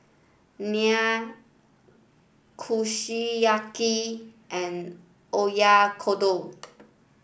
Naan Kushiyaki and Oyakodon